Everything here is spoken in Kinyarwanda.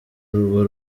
urwo